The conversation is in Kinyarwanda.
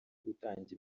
gutanga